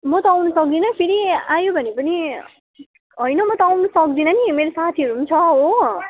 म त आउनु सक्दिन फेरि आयो भने पनि होइन म त आउनु सक्दिन नि मेरो साथीहरू नि छ हो